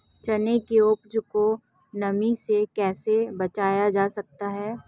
चने की उपज को नमी से कैसे बचाया जा सकता है?